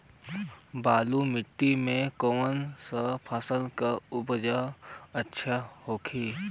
बलुआ मिट्टी में कौन सा फसल के उपज अच्छा होखी?